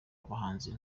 abahanzi